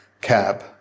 Cab